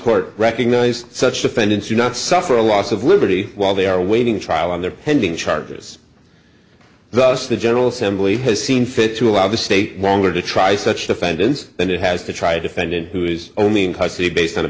court recognized such defendants do not suffer a loss of liberty while they are awaiting trial on their pending charges thus the general assembly has seen fit to allow the state longer to try such defendants that it has to try to defendant who is only in custody based on a